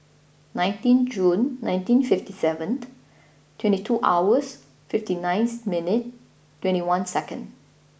nineteen June nineteen fifty seventh twenty two hours fifty ninth minutes twenty one seconds